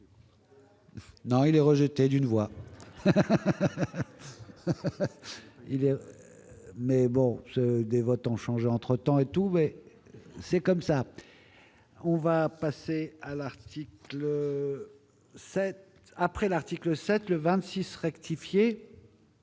Non, il est rejeté d'une voix il y a mais bon des votants changé entre-temps temps et tout, mais c'est comme ça, on va passer à l'article 7 après l'article VII, le 26 rectifier.